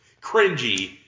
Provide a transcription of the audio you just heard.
cringy